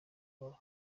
yabo